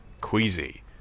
queasy